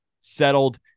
settled